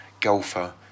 golfer